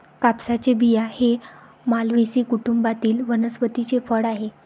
कापसाचे बिया हे मालवेसी कुटुंबातील वनस्पतीचे फळ आहे